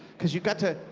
cause you got to,